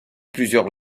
plusieurs